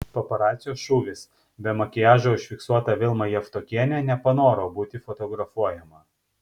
paparacio šūvis be makiažo užfiksuota vilma javtokienė nepanoro būti fotografuojama